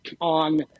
on